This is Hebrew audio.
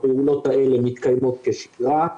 הפעולות האלה מתקיימות כשגרה.